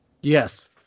Yes